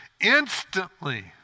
Instantly